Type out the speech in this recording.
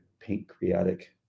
pancreatic